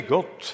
God